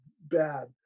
bad